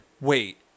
wait